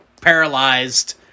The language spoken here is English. paralyzed